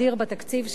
אדיר, בתקציב שלה,